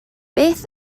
beth